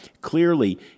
clearly